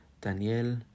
Daniel